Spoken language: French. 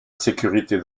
sécurité